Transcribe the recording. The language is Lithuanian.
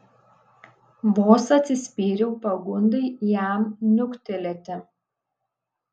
vos atsispyriau pagundai jam niuktelėti